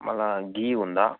మళ్ళీ గీ ఉందా